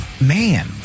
man